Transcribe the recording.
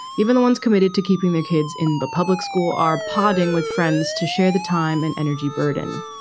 even the ones committed to keeping their kids in the public school are podding with friends to share the time and energy burden.